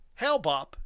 Hellbop